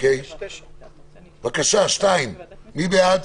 מי בעד